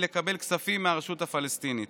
מלקבל כספים מהרשות הפלסטינית.